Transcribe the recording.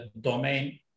domain